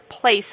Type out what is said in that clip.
place